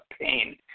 pain